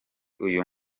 uyu